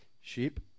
sheep